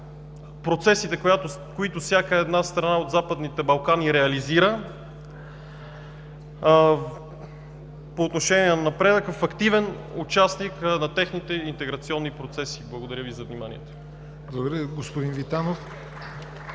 процесите, които всяка една страна от Западните балкани реализира по отношение на напредъка, в активен участник на техните интеграционни процеси. Благодаря Ви за вниманието.